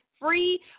free